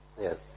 Yes